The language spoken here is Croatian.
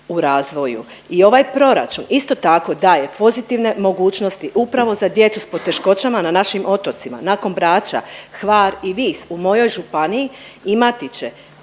u razvoju i ovaj proračun isto tako daje pozitivne mogućnosti upravo za djecu s poteškoćama na našim otocima. Nakon Brača, Hvar i Vis u mojoj županiji imati će